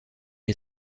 est